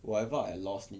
whatever I lost 你